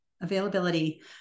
availability